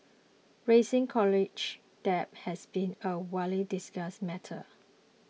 rising college debt has been a widely discussed matter